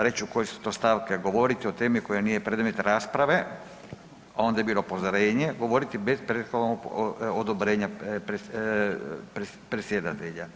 Reći ću koje su to stavke, govoriti o temi koja nije predmet rasprave, onda je bilo upozorenje, govoriti bez prethodnog odobrenja predsjedatelja.